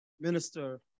Minister